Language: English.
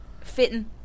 fitting